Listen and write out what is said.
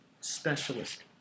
specialist